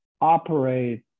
operate